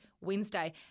Wednesday